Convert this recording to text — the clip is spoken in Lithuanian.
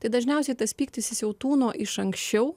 tai dažniausiai tas pyktis jis jau tūno iš anksčiau